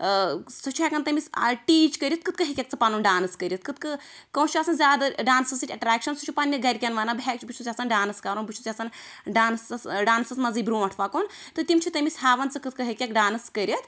سُہ چھُ ہیٚکان تٔمس ٹیٖچ کٔرِتھ کتھ کنۍ ہیٚکَکھ ژٕ پَنُن ڈآنس کٔرِتھ کتھ کنۍ کٲنٛسہِ چھ آسان زیادٕ ڈانسَس سۭتۍ اَٹریٚکشَن سُہ چھُ پَننین گَرکیٚن ونان بہٕ ہیٚہ بہٕ چھُس یَژھان ڈانس کَرُن بہٕ چھُس یَژھان ڈانسَس ڈانسَس مَنزے برونٹھ پَکُن تہٕ تِم چھِ تٔمس ہاوان ژٕ کتھ کنۍ ہیٚکیٚکھ ڈانس کٔرِتھ